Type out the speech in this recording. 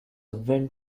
wind